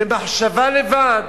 ומחשבה לבד